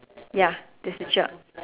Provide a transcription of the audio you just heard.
ya this picture